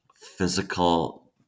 physical